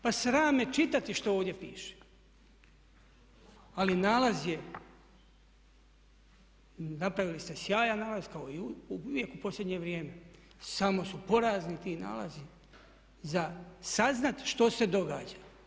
Pa sram me čitati što ovdje piše, ali nalaz je, napravili ste sjajan nalaz kao i uvijek u posljednje vrijeme samo su porazni ti nalazi za saznati što se događa.